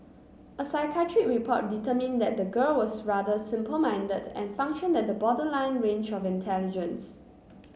a psychiatric report determined that the girl was rather simple minded and functioned at the borderline range of intelligence